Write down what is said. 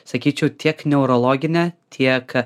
sakyčiau tiek neurologine tiek